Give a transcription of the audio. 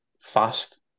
fast